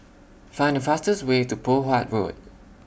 Find The fastest Way to Poh Huat Road